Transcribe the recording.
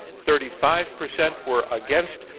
thirty five percent were against,